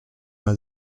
una